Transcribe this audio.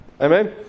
Amen